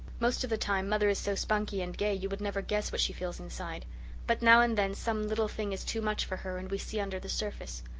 most of the time mother is so spunky and gay you would never guess what she feels inside but now and then some little thing is too much for her and we see under the surface.